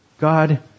God